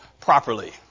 properly